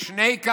יש שני קב"סים.